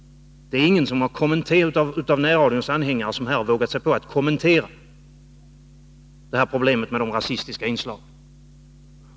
Det är ingen av närradions anhängare som har vågat sig på att kommentera problemet med de rasistiska inslagen.